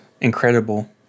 incredible